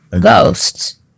Ghosts